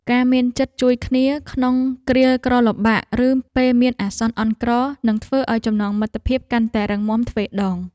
ការមានចិត្តជួយគ្នាក្នុងគ្រាក្រលំបាកឬពេលមានអាសន្នអន់ក្រនឹងធ្វើឱ្យចំណងមិត្តភាពកាន់តែរឹងមាំទ្វេដង។